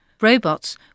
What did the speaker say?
Robots